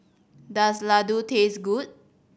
does laddu taste good